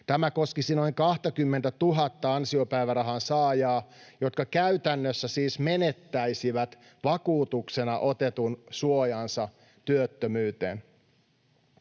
Tämä koskisi noin 20 000:ta ansiopäivärahan saajaa, jotka käytännössä siis menettäisivät vakuutuksena otetun suojansa työttömyyteen.